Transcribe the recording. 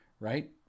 right